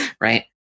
right